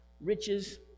Riches